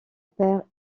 père